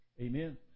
Amen